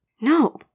No